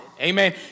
Amen